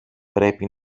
πρέπει